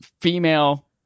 female